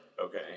okay